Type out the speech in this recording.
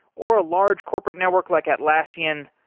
or a large corporate network like atlassian,